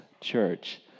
church